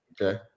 Okay